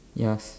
yes